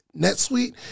NetSuite